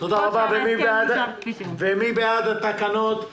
מי בעד התקנות,